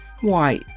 Why